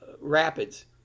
rapids